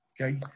okay